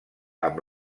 amb